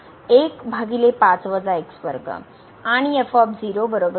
आणि f २